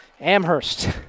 Amherst